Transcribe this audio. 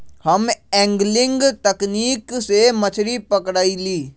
हम एंगलिंग तकनिक से मछरी पकरईली